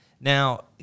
now